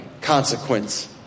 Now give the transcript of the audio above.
consequence